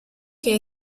che